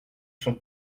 son